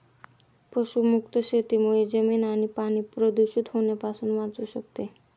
पशुमुक्त शेतीमुळे जमीन आणि पाणी प्रदूषित होण्यापासून वाचू शकते